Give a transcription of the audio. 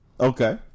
Okay